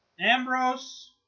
Ambrose